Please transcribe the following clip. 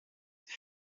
that